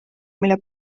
mille